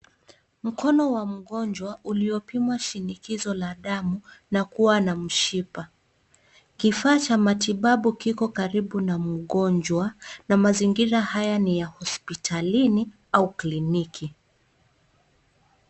Mkono wa mgonjwa uliopimwa shinikizo la damu na kuwa na mshipa. Kifaa cha matibabu kiko karibu na mgonjwa na mazingira haya ni ya hospitalini au kliniki.